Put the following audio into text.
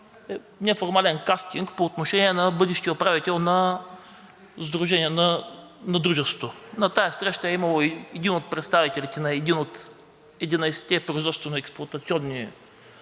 неформален кастинг по отношение на бъдещия управител на дружеството. На тази среща е присъствал и един от представителите на един от единадесетте производствено- експлоатационни